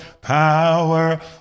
power